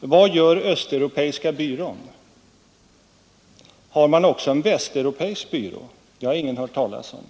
Vad gör östeuropeiska byrån? Har man också en västeuropeisk byrå? Det har ingen hört talas om.